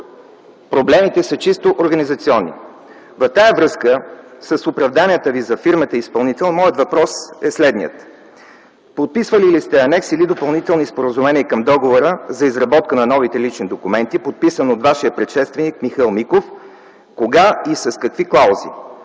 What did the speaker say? Проблемите са чисто организационни. В тази връзка с оправданията Ви за фирмата-изпълнител, моят въпрос е следният: подписвали ли сте анекс или допълнителни споразумения към договора за изработка на новите лични документи, подписан от Вашия предшественик Михаил Миков? Кога и с какви клаузи?